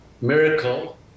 miracle